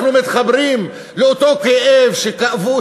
אנחנו מתחברים לאותו כאב שכאבו,